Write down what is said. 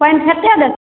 पानि फेट्टे दऽ